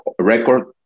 record